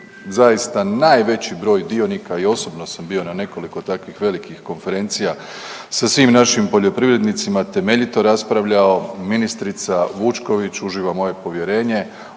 zaista najveći broj dionika i osobno sam bio na nekoliko takvih velikih konferencija sa svim našim poljoprivrednicima temeljito raspravljao ministrica Vučković uživa moje povjerenje,